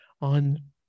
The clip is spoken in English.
on